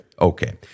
Okay